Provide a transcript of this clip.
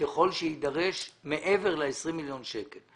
ככל שיידרש מעבר ל-20 מיליון שקלים.